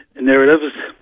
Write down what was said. narratives